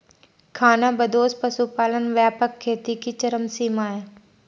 खानाबदोश पशुपालन व्यापक खेती की चरम सीमा है